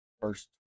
first